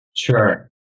Sure